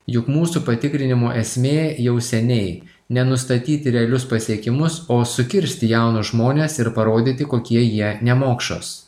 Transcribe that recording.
juk mūsų patikrinimo esmė jau seniai nenustatyti realius pasiekimus o sukirsti jaunus žmones ir parodyti kokie jie nemokšos